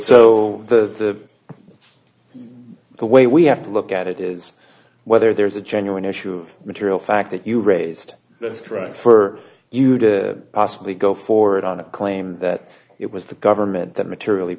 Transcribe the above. so the the way we have to look at it is whether there's a genuine issue of material fact that you raised that's right for you to possibly go forward on a claim that it was the government that materially